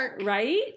right